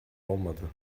olmadı